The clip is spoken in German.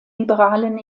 liberalen